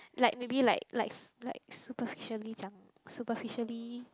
like maybe like like like superficially 讲 superficially